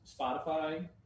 Spotify